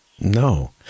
No